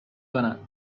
کنم